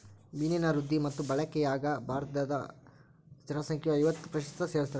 ಮೀನಿನ ವೃದ್ಧಿ ಮತ್ತು ಬಳಕೆಯಾಗ ಭಾರತೀದ ಜನಸಂಖ್ಯೆಯು ಐವತ್ತು ಪ್ರತಿಶತ ಸೇವಿಸ್ತಾರ